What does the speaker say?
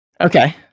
Okay